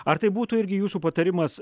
ar tai būtų irgi jūsų patarimas